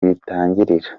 bitangirira